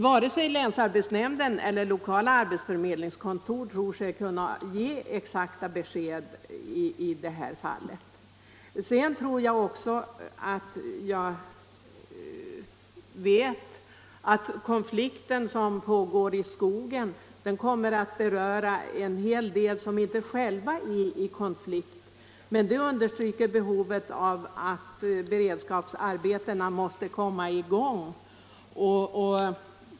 Varken länsarbetsnämnden eller lokala arbetsförmedlingskontor tror sig kunna ge exakta besked i det här fallet. Jag tror mig också veta att den konflikt som pågår i skogen kommer att beröra en hel del som inte själva är i konflikt. Detta understryker behovet av att beredskapsarbetena kommer i gång.